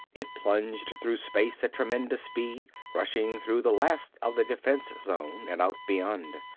it plunged through space at tremendous speed, rushing through the last of the defense zone and out beyond.